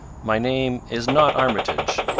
my name is not armitage,